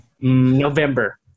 November